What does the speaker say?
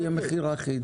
יש פיקוח.